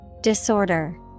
disorder